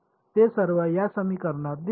ते सर्व या समीकरणात दिसतात